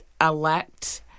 elect